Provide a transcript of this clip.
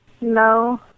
No